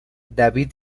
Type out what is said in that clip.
david